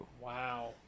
Wow